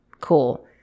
Cool